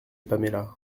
paméla